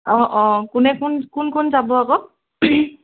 অঁ অঁ কোনে কোন কোন কোন যাব আকৌ